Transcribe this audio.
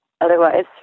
otherwise